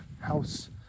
house